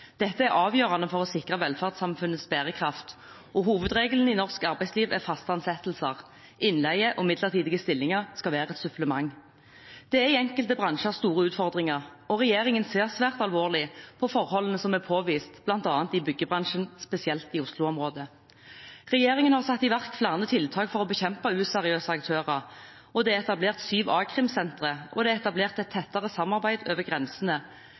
Dette er avgjørende for å sikre velferdssamfunnets bærekraft. Hovedregelen i norsk arbeidsliv er faste ansettelser. Innleie og midlertidige stillinger skal være et supplement. Det er i enkelte bransjer store utfordringer, og regjeringen ser svært alvorlig på forholdene som er påvist bl.a. i byggebransjen, spesielt i Oslo-området. Regjeringen har satt i verk flere tiltak for å bekjempe useriøse aktører. Det er etablert syv a-krimsentre, og det er etablert et tettere samarbeid over grensene,